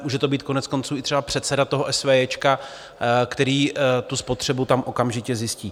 Může to být koneckonců i třeba předseda esvéjéčka, který tu spotřebu tam okamžitě zjistí.